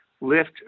lift